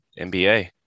NBA